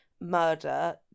murder